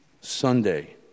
Sunday